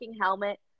helmet